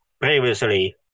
previously